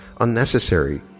unnecessary